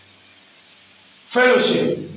fellowship